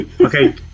Okay